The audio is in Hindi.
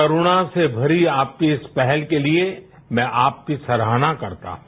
करुणा से भरी आपकी इस पहल के लिए मैं आपकी सराहना करता हूं